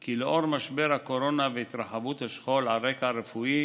כי לאור משבר הקורונה והתרחבות השכול רקע רפואי